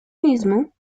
mismo